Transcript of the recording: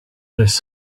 this